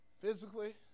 physically